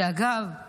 שאגב,